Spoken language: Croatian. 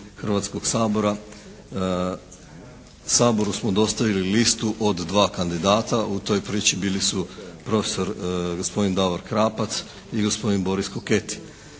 Hrvatskoga sabora, Saboru smo dostavili listu od dva kandidata. U toj priči bili su prof. gospodin Davor Krapac i gospodin Boris Koketi.